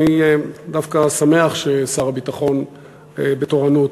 אני דווקא שמח ששר הביטחון בתורנות